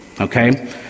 okay